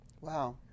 Wow